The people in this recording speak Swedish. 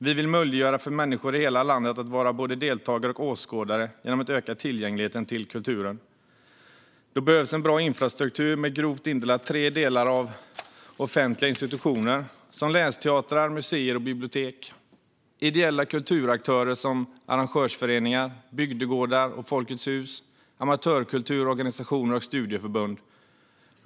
Vi vill möjliggöra för människor i hela landet att vara både deltagare och åskådare genom att öka tillgängligheten till kulturen. Då behövs en bra infrastruktur med grovt indelat tre delar. Den första delen är offentliga institutioner som länsteatrar, museer och bibliotek. Den andra delen är ideella kulturaktörer som arrangörsföreningar, bygdegårdar, Folkets Hus, amatörkulturorganisationer och studieförbund.